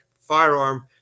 firearm